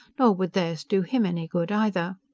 nor would theirs do him any good, either.